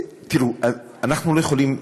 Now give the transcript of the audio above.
אנחנו לא יכולים,